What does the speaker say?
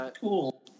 cool